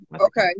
okay